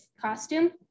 costume